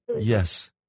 Yes